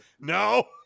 No